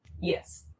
Yes